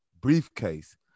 briefcase